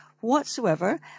whatsoever